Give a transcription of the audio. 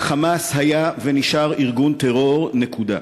ה"חמאס" היה ונשאר ארגון טרור, נקודה.